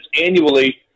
annually